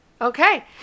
Okay